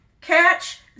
catch